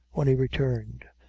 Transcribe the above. when he returned,